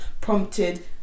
prompted